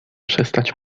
przestać